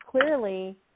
clearly